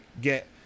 get